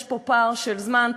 יש פה פער של זמן,